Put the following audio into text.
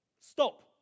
Stop